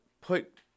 put